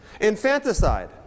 Infanticide